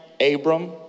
Abram